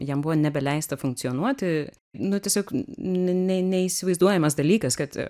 jam buvo nebeleista funkcionuoti nu tiesiog ne ne neįsivaizduojamas dalykas kad